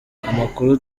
amakuru